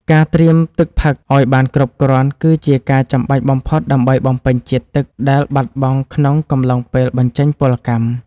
ការត្រៀមទឹកផឹកឱ្យបានគ្រប់គ្រាន់ គឺជាការចាំបាច់បំផុតដើម្បីបំពេញជាតិទឹកដែលបាត់បង់ក្នុងកំឡុងពេលបញ្ចេញពលកម្ម។